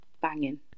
banging